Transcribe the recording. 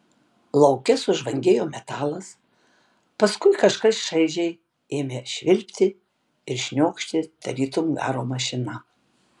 lauke sužvangėjo metalas paskui kažkas šaižiai ėmė švilpti ir šniokšti tarytum garo mašina